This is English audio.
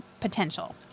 potential